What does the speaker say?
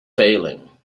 failing